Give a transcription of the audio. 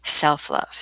Self-love